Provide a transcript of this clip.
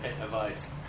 advice